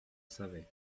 savait